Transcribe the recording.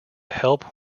help